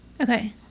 Okay